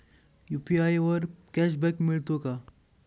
UPI वर cashback मिळतो का?